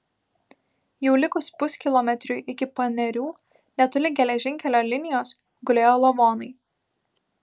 jau likus puskilometriui iki panerių netoli geležinkelio linijos gulėjo lavonai